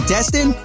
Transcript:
Destin